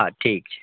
हँ ठीक छै